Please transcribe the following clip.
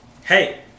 Hey